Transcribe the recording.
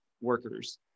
workers